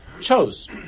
chose